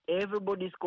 Everybody's